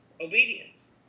obedience